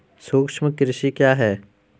सूक्ष्म कृषि क्या है?